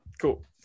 Cool